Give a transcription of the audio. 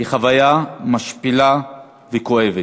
היא חוויה משפילה וכואבת.